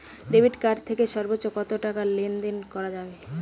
Debit card থেকে সর্বোচ্চ কত টাকা লেনদেন করা যাবে?